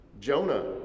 Jonah